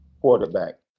quarterback